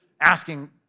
asking